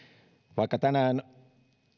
vaikka tänään